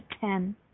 ten